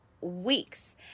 weeks